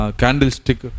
candlestick